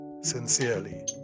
sincerely